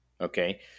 Okay